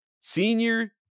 Senior